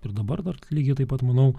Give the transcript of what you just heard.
ir dabar dar lygiai taip pat manau